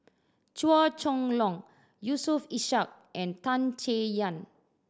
Chua Chong Long Yusof Ishak and Tan Chay Yan